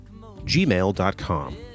gmail.com